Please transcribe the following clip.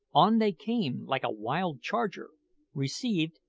on they came, like a wild charger received,